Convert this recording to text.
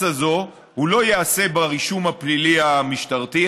הזאת לא ייעשה ברישום הפלילי המשטרתי,